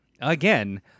again